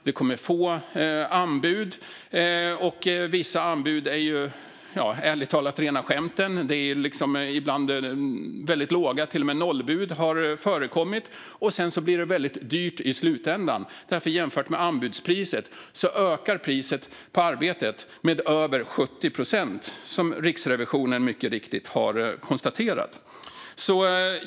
Det kommer få anbud, och vissa anbud är ärligt talat rena skämten - det är väldigt låga bud, och till och med nollbud har förekommit. Det blir väldigt dyrt i slutändan, för jämfört med anbudspriset ökar priset på arbetet med över 70 procent, som Riksrevisionen mycket riktigt har konstaterat.